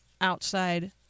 outside